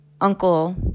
uncle